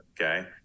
Okay